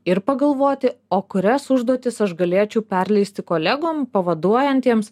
ir pagalvoti o kurias užduotis aš galėčiau perleisti kolegom pavaduojantiems